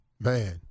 Man